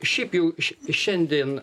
šiaip jau ši šiandien